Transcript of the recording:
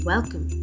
Welcome